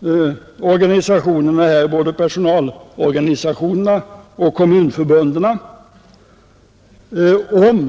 för både personalorganisationerna och kommunförbunden i detta avseende.